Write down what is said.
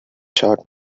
short